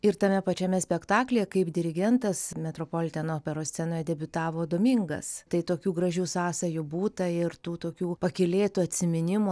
ir tame pačiame spektaklyje kaip dirigentas metropoliteno operos scenoje debiutavo domingas tai tokių gražių sąsajų būta ir tų tokių pakylėtų atsiminimų